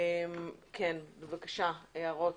כן, בבקשה, הערות.